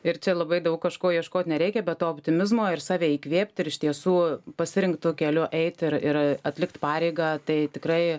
ir čia labai daug kažko ieškot nereikia bet to optimizmo ir save įkvėpt ir iš tiesų pasirinktu keliu eit ir ir atlikt pareigą tai tikrai